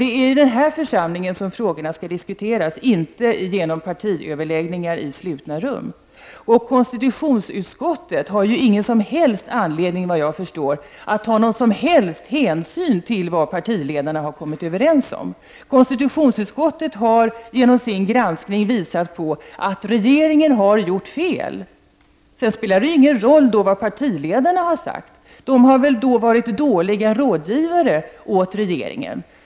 Det är i den här församligen som frågorna skall diskuteras, inte i partiöverläggningar i slutna rum. Enligt vad jag förstår har konstitutionsutskottet inte någon som helst anledning att ta hänsyn till vad partiledarna har kommit överens om. Konstitutionsutskottet har i sin granskning visat på att rege ringen har gjort fel. Sedan spelar det ingen roll vad partiledarna har sagt. De har väl i så fall varit dåliga rådgivare åt regeringen.